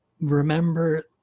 remember